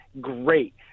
great